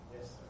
Yes